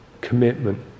commitment